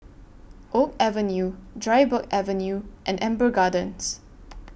Oak Avenue Dryburgh Avenue and Amber Gardens